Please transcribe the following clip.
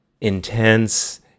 intense